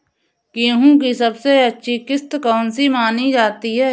गेहूँ की सबसे अच्छी किश्त कौन सी मानी जाती है?